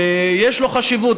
שיש לו חשיבות,